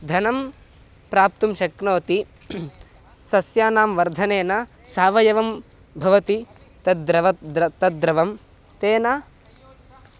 धनं प्राप्तुं शक्नोति सस्यानां वर्धनेन सावयवं भवति तद्रवं द्र तद् द्रवं तेन